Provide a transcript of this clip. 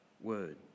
word